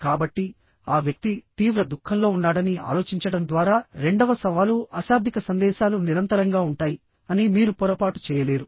కాబట్టి ఆ వ్యక్తి తీవ్ర దుఃఖంలో ఉన్నాడని ఆలోచించడం ద్వారా రెండవ సవాలు అశాబ్దిక సందేశాలు నిరంతరంగా ఉంటాయి అని మీరు పొరపాటు చేయలేరు